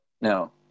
no